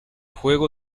juego